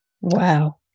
Wow